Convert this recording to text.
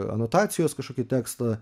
anotacijos kažkokį tekstą